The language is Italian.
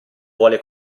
vuole